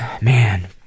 man